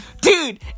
Dude